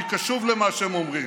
אני קשוב למה שהם אומרים.